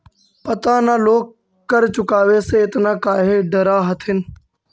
पता न लोग कर चुकावे से एतना काहे डरऽ हथिन